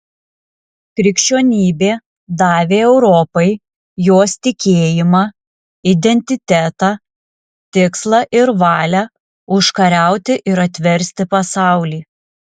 krikščionybė davė europai jos tikėjimą identitetą tikslą ir valią užkariauti ir atversti pasaulį